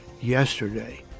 yesterday